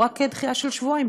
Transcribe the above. הוא רק דחייה של שבועיים,